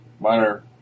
Minor